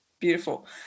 beautiful